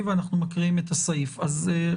אנחנו נמצה את הדיון אצלנו,